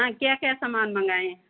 क्या क्या सामान मंगाएँ